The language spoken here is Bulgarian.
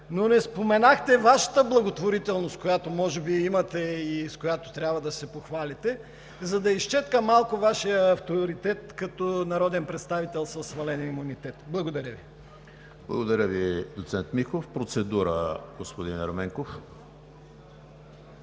Но не споменахте Вашата благотворителност, която може би имате и с която трябва да се похвалите – за да изчеткам малко Вашия авторитет, като народен представител със свален имунитет. Благодаря Ви. ПРЕДСЕДАТЕЛ ЕМИЛ ХРИСТОВ: Благодаря Ви, доцент Михов. Процедура – господин Ерменков.